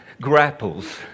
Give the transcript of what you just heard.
grapples